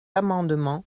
amendement